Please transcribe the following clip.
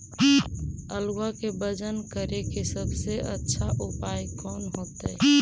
आलुआ के वजन करेके सबसे अच्छा उपाय कौन होतई?